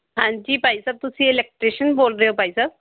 ਹਾਂਜੀ ਭਾਈ ਸਾਹਿਬ ਤੁਸੀਂ ਇਲੈਕਟ੍ਰੀਸ਼ਨ ਬੋਲ ਰਹੇ ਹੋ ਭਾਈ ਸਾਹਿਬ